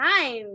time